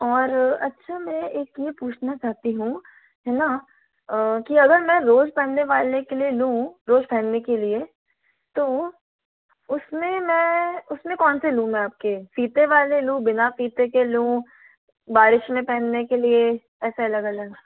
और अच्छा में एक यह पूछना चाहती हूँ है न कि अगर मैं रोज़ पहनने वाले के लिए लूँ रोज़ पहनने के लिए तो उसमें मैं उसमें कौन से लूँ मैं आपके फ़ीते वाले लोग बिना फ़ीते के लूँ बारिश में पहनने के लिए ऐसे अलग अलग